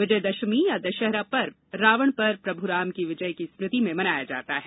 विजयदशसी या दशहरा पर्व रावण पर प्रभू राम की विजय की स्मृति में मनाया जाता है